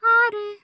ആറ്